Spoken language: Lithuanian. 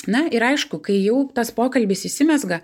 na ir aišku kai jau tas pokalbis įsimezga